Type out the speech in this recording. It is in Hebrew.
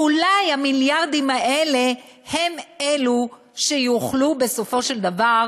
ואולי המיליארדים האלה הם אלו שיוכלו בסופו של דבר